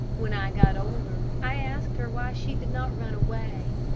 when i got older i asked her why she did not run away.